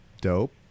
Dope